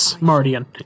Mardian